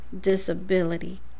disability